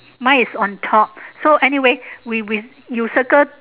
mine is on top so anyway we we you circle